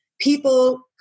people